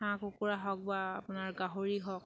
হাঁহ কুকুৰা হওক বা আপোনাৰ গাহৰি হওক